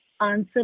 answer